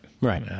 Right